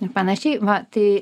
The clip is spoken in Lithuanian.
ir panašiai va tai